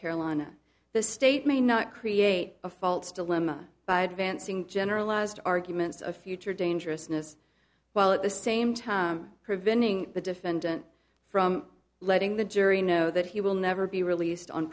carolina the state may not create a false dilemma by advancing generalized arguments of future dangerousness while at the same time preventing the defendant from letting the jury know that he will never be released on